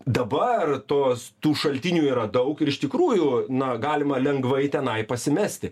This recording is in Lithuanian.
dabar tos tų šaltinių yra daug ir iš tikrųjų na galima lengvai tenai pasimesti